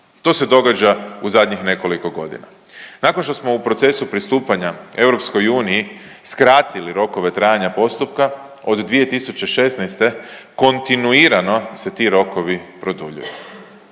To se događa u zadnjih nekoliko godina. Nakon što smo u procesu pristupanja EU skratili rokove trajanja postupka od 2016. kontinuirano se ti rokovi produljuju.